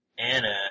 Anna